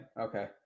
okay